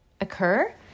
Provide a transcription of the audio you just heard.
occur